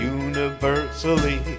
universally